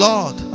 Lord